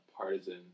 partisan